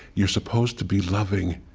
you're supposed to be loving.